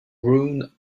ruin